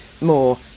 more